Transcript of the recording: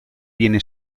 viene